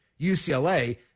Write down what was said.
UCLA